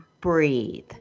breathe